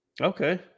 Okay